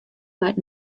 leit